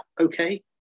okay